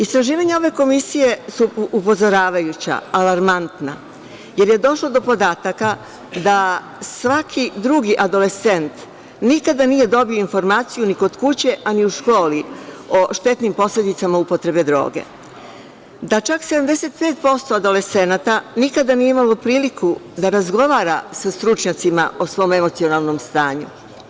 Istraživanja ove komisije su upozoravajuća, alarmantna, jer je došla do podataka da svaki drugi adolescent nikada nije dobio informaciju, ni kod kuće, a ni u školi, o štetnim posledicama upotrebe droge; da čak 75% adolescenata nikada nije imalo priliku da razgovara sa stručnjacima o svom emocionalnom stanju.